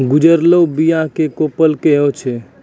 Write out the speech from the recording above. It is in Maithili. गजुरलो बीया क कोपल कहै छै